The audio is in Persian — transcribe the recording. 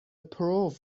پرو